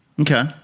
Okay